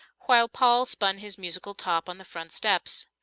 while paul spun his musical top on the front steps.